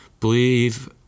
believe